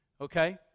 Okay